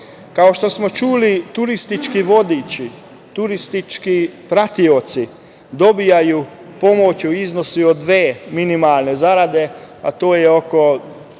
Kao što smo čuli, turistički vodiči, turistički pratioci dobijaju pomoć u iznosu od dve minimalne zarade, a to je oko